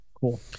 Cool